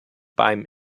beim